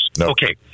Okay